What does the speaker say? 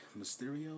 Mysterio